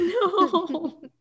No